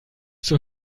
zur